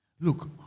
Look